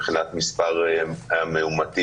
מבחינת מספר המאומתים,